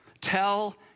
Tell